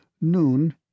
Noon